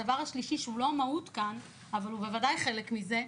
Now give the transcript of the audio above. הדבר השלישי שהוא לא המהות אבל בוודאי חלק מזה,